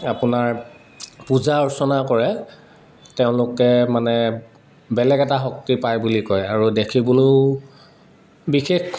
আপোনাৰ পূজা অৰ্চনা কৰে তেওঁলোকে মানে বেলেগ এটা শক্তি পায় বুলি কয় আৰু দেখিবলৈও বিশেষ